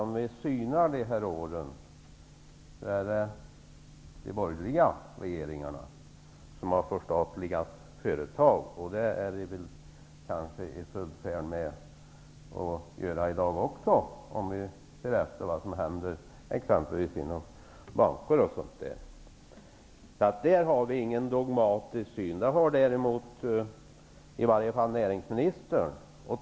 Om vi synar de åren kan vi tvärtom se att det är de borgerliga regeringarna som har förstatligat företag. Det är de väl i färd med att göra i dag också; titta t.ex. på vad som händer inom bankerna. På det området har vi ingen dogmatiskt syn. Det har däremot näringsministern.